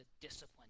discipline